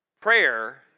Prayer